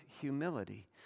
humility